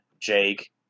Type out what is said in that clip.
Jake